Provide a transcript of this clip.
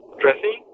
dressing